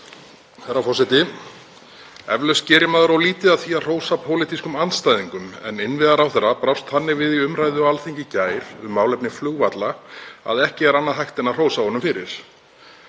Herra forseti. Eflaust gerir maður of lítið af því að hrósa pólitískum andstæðingum, en innviðaráðherra brást þannig við í umræðu á Alþingi í gær um málefni flugvalla, að ekki er annað hægt en að hrósa honum fyrir.